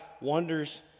wonders